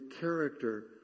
character